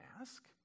ask